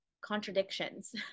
contradictions